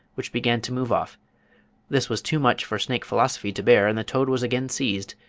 which began to move off this was too much for snake philosophy to bear, and the toad was again seized,